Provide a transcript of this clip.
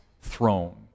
throne